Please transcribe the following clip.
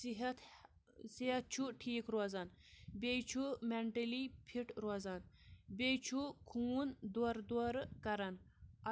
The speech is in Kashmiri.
صحت صحت چھُ ٹھیٖک روزان بیٚیہِ چھُ مٮ۪نٹٔلی فِٹ روزان بیٚیہِ چھُ خوٗن دورٕ دورٕ کَران